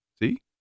See